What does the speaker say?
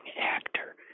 actor